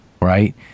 right